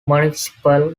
municipal